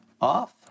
off